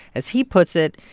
as he puts it,